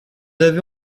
avez